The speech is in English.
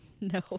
no